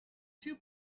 two